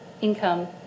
income